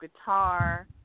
guitar